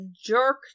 jerk